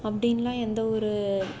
அப்படின்லாம் எந்த ஒரு